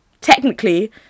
technically